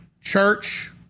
church